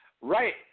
Right